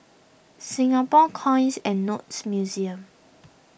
Singapore Coins and Notes Museum